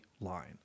line